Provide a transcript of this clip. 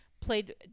played